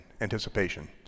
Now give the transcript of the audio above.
anticipation